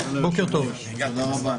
רבה.